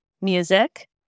Music